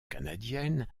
canadienne